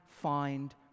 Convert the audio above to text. find